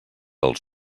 els